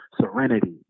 serenity